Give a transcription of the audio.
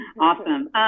Awesome